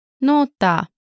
nota